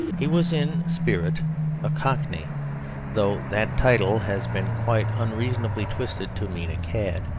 he was in spirit a cockney though that title has been quite unreasonably twisted to mean a cad.